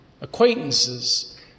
Acquaintances